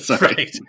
Right